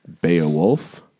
Beowulf